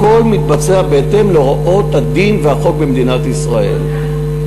הכול מתבצע בהתאם להוראות הדין והחוק במדינת ישראל.